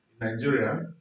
Nigeria